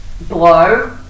Blow